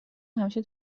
همیشه